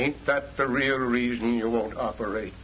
ain't that the real reason you won't operate